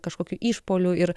kažkokių išpuolių ir